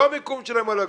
לא המיקום שלהם על הגבול,